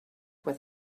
with